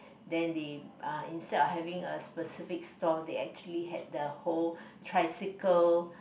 then they uh instead of having a specific store they actually had the whole tricycle